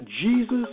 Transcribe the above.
Jesus